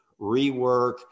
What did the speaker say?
rework